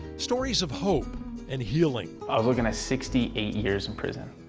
stories of hope and healing. i was looking at sixty eight years in prison.